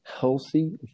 healthy